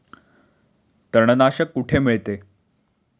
तणनाशक कुठे मिळते?